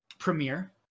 Premiere